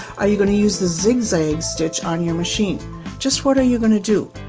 are you going to use the zig-zag stitch on your machine just what are you going to do?